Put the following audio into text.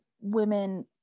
women